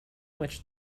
which